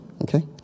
Okay